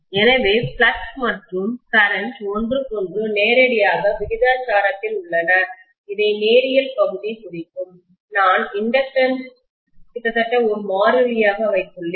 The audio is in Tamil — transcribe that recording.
எனவே ஃப்ளக்ஸ் மற்றும் கரண்ட் மின்னோட்டம் ஒன்றுக்கொன்று நேரடியாக விகிதாசாரத்தில் உள்ளன இதை நேரியல் பகுதி குறிக்கும் நான் இண்டக்டன்ஸ் தூண்டலை கிட்டத்தட்ட ஒரு மாறிலியாக வைத்துள்ளேன்